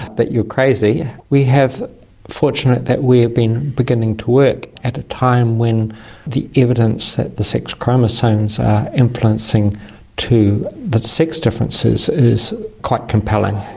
that you're crazy, we are fortunate that we have been beginning to work at a time when the evidence that the sex chromosomes are influencing to the sex differences is quite compelling.